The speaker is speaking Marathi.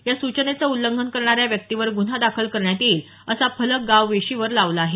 या सूचनेचं उल्लंघन करणाऱ्या व्यक्तीवर गुन्हा दाखल करण्यात येईल असा फलक गाव वेशीवर लावला आहे